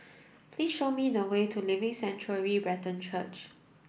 please show me the way to Living Sanctuary Brethren Church